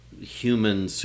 Human